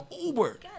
Uber